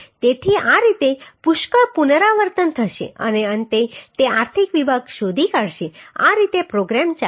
તેથી આ રીતે પુષ્કળ પુનરાવર્તન થશે અને અંતે તે આર્થિક વિભાગ શોધી કાઢશે આ રીતે પ્રોગ્રામ ચાલે છે